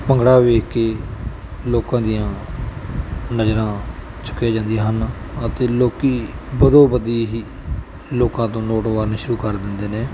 ਭੰਗੜਾ ਵੇਖ ਕੇ ਲੋਕਾਂ ਦੀਆਂ ਨਜ਼ਰਾਂ ਚੱਕੀਆਂ ਜਾਂਦੀਆਂ ਹਨ ਅਤੇ ਲੋਕ ਬਦੋ ਬਦੀ ਹੀ ਲੋਕਾਂ ਤੋਂ ਨੋਟ ਵਾਰਨੇ ਸ਼ੁਰੂ ਕਰ ਦਿੰਦੇ ਨੇ